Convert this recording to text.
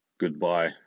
Goodbye